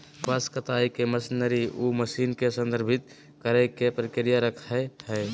कपास कताई मशीनरी उ मशीन के संदर्भित करेय के प्रक्रिया रखैय हइ